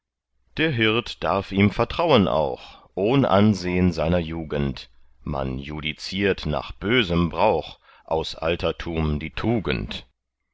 der hirt darf ihm vertrauen auch ohn ansehn seiner jugend man judiziert nach bösem brauch aus altertum die tugend